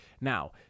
Now